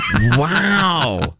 Wow